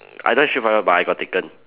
I know street fighter but it got taken